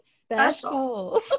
special